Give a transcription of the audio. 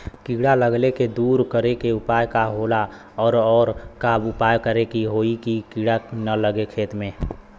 कीड़ा लगले के दूर करे के उपाय का होला और और का उपाय करें कि होयी की कीड़ा न लगे खेत मे?